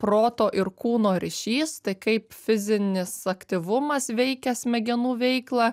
proto ir kūno ryšys tai kaip fizinis aktyvumas veikia smegenų veiklą